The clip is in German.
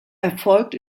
erfolgt